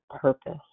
Purpose